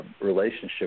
relationship